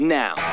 now